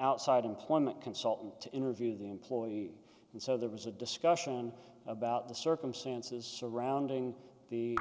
outside employment consultant to interview the employee and so there was a discussion about the circumstances surrounding the